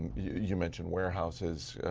you mentioned warehouses.